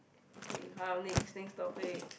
okay come next next topic